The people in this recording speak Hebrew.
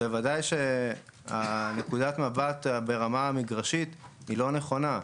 בוודאי שנקודת המבט ברמה המגרשית היא לא נכונה.